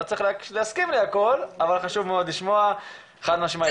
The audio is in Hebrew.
לא צריך להסכים להכל אבל חשוב מאוד לשמוע חד משמעית.